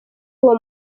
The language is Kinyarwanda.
uwo